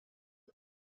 ich